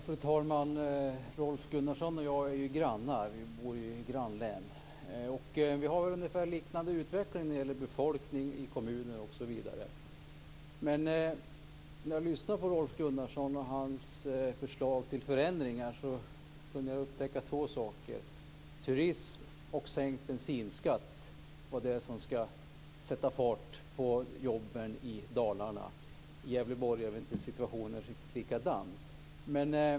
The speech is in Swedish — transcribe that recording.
Fru talman! Rolf Gunnarsson och jag är grannar. Vi bor ju i grannlän, och vi har väl en liknande utveckling när det gäller befolkning i kommuner. När jag lyssnade på Rolf Gunnarsson och hans förslag till förändringar kunde jag upptäcka två saker: Turism och sänkt bensinskatt är det som skall sätta fart på jobben i Dalarna. I Gävleborg är väl situationen inte riktigt likadan.